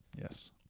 Yes